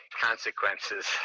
consequences